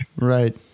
Right